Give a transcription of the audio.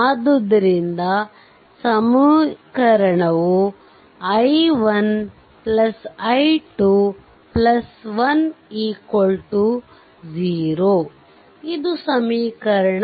ಆದ್ದರಿಂದ ಸಮೀಕರಣವು i1 i 2 1 0 ಇದು ಸಮೀಕರಣ